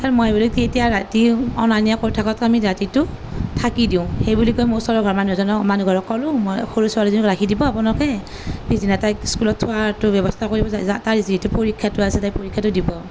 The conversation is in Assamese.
তাত মই বোলো এতিয়া ৰাতি অনা নিয়া কৰি থকাতকৈ আমি ৰাতিটো থাকি দিওঁ সেইবুলি কৈ মই ওচৰৰ মানুহ এজনৰ মানুহ ঘৰৰ ক'লোঁ মই সৰু ছোৱালীজনীক ৰাখি দিব আপোনালোকে পিছদিনা তাইক স্কুলত থোৱাৰতো ব্য়ৱস্থা কৰিব তাইৰ যিহেতু পৰীক্ষাটো আছে তাই পৰীক্ষাটো দিব